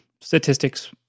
statistics